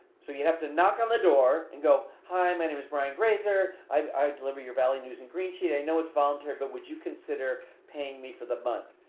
so you have to knock on the door and go, hi, my name is brian grazer i deliver your valley news and green sheet i know it's voluntary but would you consider paying me for the month?